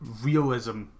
realism